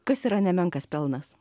kas yra nemenkas pelnas